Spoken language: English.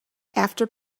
after